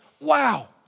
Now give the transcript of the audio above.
wow